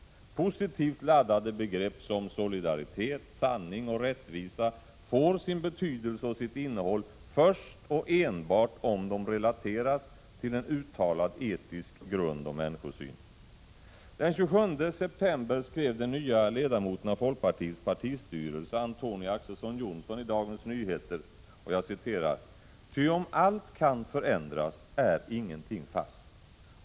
Positivt laddade begrepp som solidaritet, sanning och rättvisa får sin betydelse och sitt innehåll först och enbart om de relateras till en uttalad etisk grund och människosyn. Den 27 september skrev den nya ledamoten av folkpartiets partistyrelse Antonia Ax:son Johnson i Dagens Nyheter: ”Ty om allt kan förändras är ingenting fast.